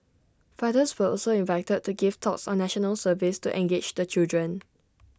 fathers were also invited to give talks on National Service to engage the children